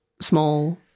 small